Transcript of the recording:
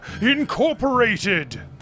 Incorporated